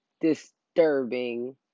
disturbing